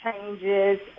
changes